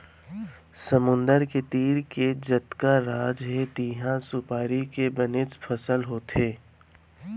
समुद्दर के तीर के जतका राज हे तिहॉं सुपारी के बनेच फसल होथे